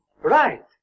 Right